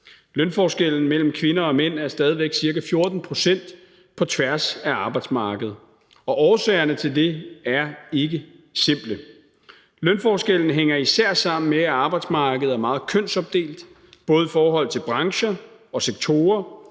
Lønforskellen mellem kvinder og mænd er stadig væk på ca. 14 pct. på tværs af arbejdsmarkedet, og årsagerne til det er ikke simple. Lønforskellen hænger især sammen med, at arbejdsmarkedet er meget kønsopdelt, både i forhold til brancher og sektorer,